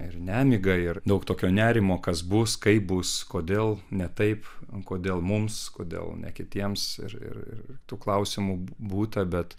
ir nemiga ir daug tokio nerimo kas bus kaip bus kodėl ne taip kodėl mums kodėl ne kitiems ir ir tų klausimų būta bet